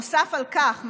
נוסף על כך,